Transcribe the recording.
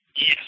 Yes